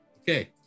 Okay